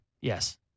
Yes